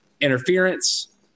interference